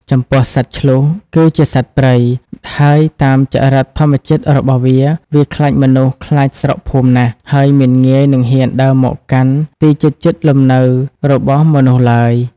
ចំពោះ សត្វឈ្លូស គឺជាសត្វព្រៃ ហើយតាមចរិតធម្មជាតិរបស់វា វាខ្លាចមនុស្សខ្លាចស្រុកភូមិណាស់ ហើយមិនងាយនិងហ៊ានដើរមកកាន់ទីជិតៗលំនៅរបស់មនុស្សឡើយ។